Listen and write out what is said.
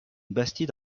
bastide